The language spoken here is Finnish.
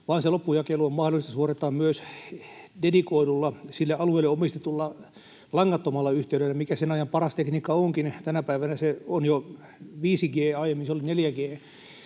vaan se loppujakelu on mahdollista suorittaa myös dedikoidulla, sille alueelle omistetulla langattomalla yhteydellä — mikä sen ajan paras tekniikka onkaan, tänä päivänä se on jo 5G, aiemmin se oli 4G.